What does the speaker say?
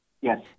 Yes